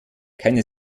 keine